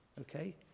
Okay